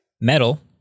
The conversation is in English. metal